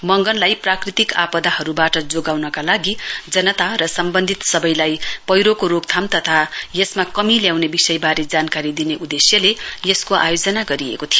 मंगनलाई प्राकृतिक आपदाहरूबाट जोगाउनका लागि जनता र सम्बन्धित सबैलाई पैह्रोको रोकथाम तथा यसमा कमी ल्याउने विषयबारे जानकारी दिने उद्देश्यले यसको आयोजना गरिएको थियो